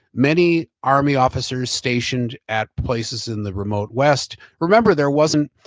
many army officers stationed at places in the remote west, remember there wasn't,